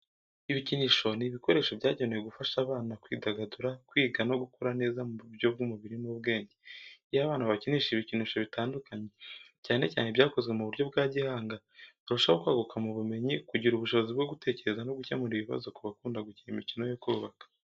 Ibikinisho ni ibikoresho byagenewe gufasha abana kwidagadura, kwiga, no gukura neza mu buryo bw'umubiri n'ubwenge. Iyo abana bakinisha ibikinisho bitandukanye, cyane cyane ibyakozwe mu buryo bwa gihanga, barushaho kwaguka mu bumenyi, kugira ubushobozi bwo gutekereza, no gukemura ibibazo ku bakunda gukina imikino yo kubaka.